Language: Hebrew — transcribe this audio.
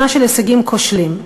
שנה של הישגים כושלים.